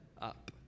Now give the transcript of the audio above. up